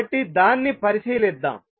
కాబట్టి దాన్నిపరిశీలిద్దాం